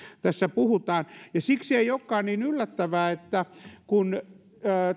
tässä puhutaan siksi ei olekaan yllättävää että kun